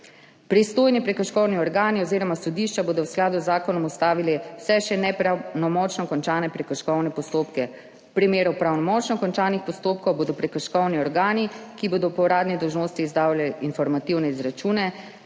Pristojni prekrškovni organi oziroma sodišča bodo v skladu z zakonom ustavili vse še nepravnomočno končane prekrškovne postopke. V primeru pravnomočno končanih postopkov bodo prekrškovni organi, ki bodo po uradni dolžnosti izdajali informativne izračune,